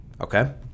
okay